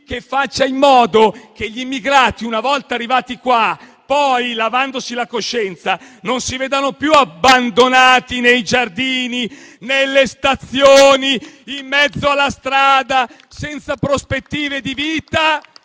e facendo in modo che gli immigrati, una volta arrivati qua - lavandosi la coscienza - non si vedano più abbandonati nei giardini, nelle stazioni o in mezzo alla strada, senza prospettive di vita,